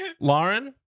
Lauren